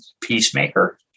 Peacemaker